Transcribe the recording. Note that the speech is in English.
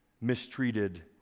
mistreated